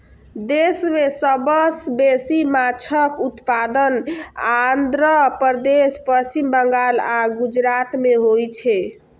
देश मे सबसं बेसी माछक उत्पादन आंध्र प्रदेश, पश्चिम बंगाल आ गुजरात मे होइ छै